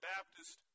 Baptist